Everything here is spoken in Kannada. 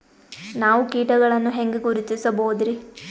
ನಾವು ಕೀಟಗಳನ್ನು ಹೆಂಗ ಗುರುತಿಸಬೋದರಿ?